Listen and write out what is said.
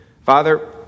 Father